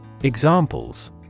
Examples